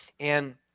and